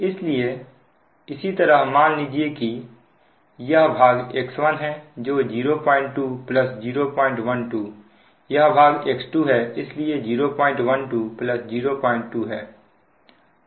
इसलिए इसी तरह मान लीजिए कि यह भाग X1 है तो 02 012 यह भाग X2 इसलिए 012 02 है